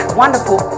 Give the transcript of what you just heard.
wonderful